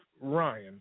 Ryan